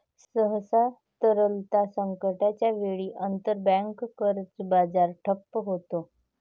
सहसा, तरलता संकटाच्या वेळी, आंतरबँक कर्ज बाजार ठप्प होतो